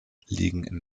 liegen